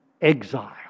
exile